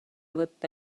võtta